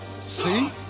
See